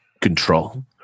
Control